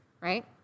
right